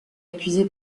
accusé